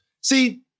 See